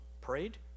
Prayed